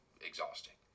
exhausting